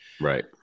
right